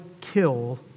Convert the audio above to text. kill